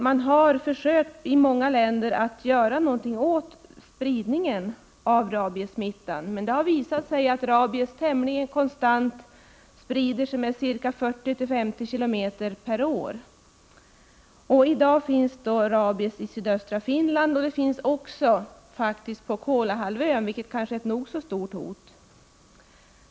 Man har i många länder försökt göra något åt spridningen av rabiessmittan, med det har visat sig att rabies tämligen konstant sprider sig ca 40-50 km per år. I dag finns rabies i sydöstra Finland och även på Kolahalvön, vilket är ett nog så stort hot.